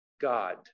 God